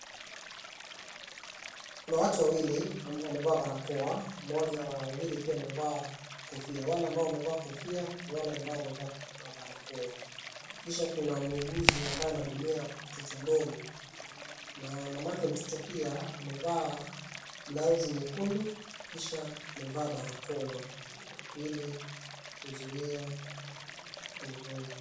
Kuna watu wawili wamevaa barakoa, mmoja wa wawili pia amevaa kofia wale ambao wamevaa kofia, ni wale ambao wamevaa barakoa. Kisha kuna muuguzi ambaye anahudumia mtoto mdogo, na mamake mtoto pia amevaa, blausi nyekundu kisha amevaa barakoa, ili kuzuia ugonjwa.